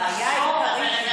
הבעיה העיקרית היא מעבר, המחסור.